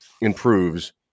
improves